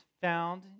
found